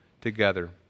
together